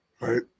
right